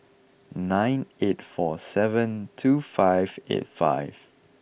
nine eight four seven two five eight five